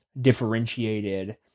differentiated